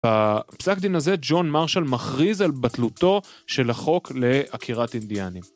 בפסק הדין הזה ג'ון מרשל מכריז על בטלותו של החוק לעקירת אינדיאנים.